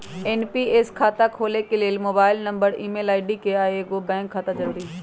NPS खता खोले के लेल मोबाइल नंबर, ईमेल आई.डी, आऽ एगो बैंक खता जरुरी हइ